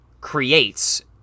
creates